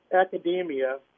academia